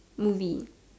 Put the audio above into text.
movie